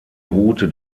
route